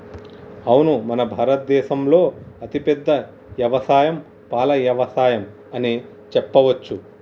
అవును మన భారత దేసంలో అతిపెద్ద యవసాయం పాల యవసాయం అని చెప్పవచ్చు